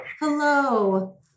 Hello